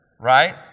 right